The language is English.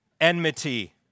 Enmity